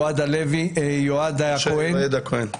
משה יועד הכהן,